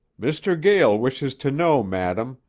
mr. gael wishes to know, madam,